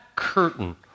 curtain